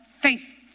faith